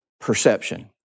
perception